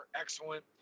excellent